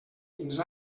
fins